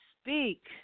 speak